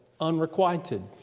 unrequited